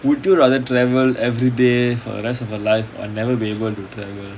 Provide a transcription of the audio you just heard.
would you rather travel everyday for the rest of your life and never be able to travel